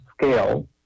scale